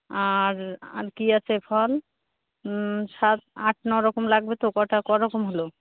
আর আর কি আছে ফল সাত আট ন রকম লাগবে তো কটা করকম হল